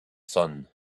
sun